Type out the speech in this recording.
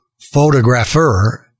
photographer